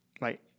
right